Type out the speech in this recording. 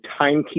timekeeping